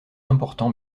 important